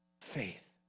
Faith